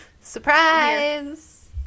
surprise